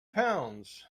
pounds